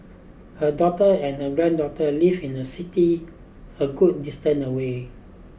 her daughter and her granddaughter live in a city a good distant away